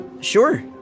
Sure